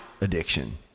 addiction